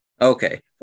Okay